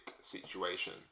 situation